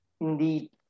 indeed